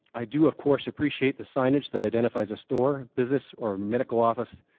i do of course appreciate the signage that identifies a store, business or medical office.